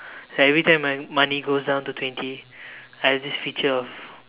like everytime my money goes down to twenty I have this feature of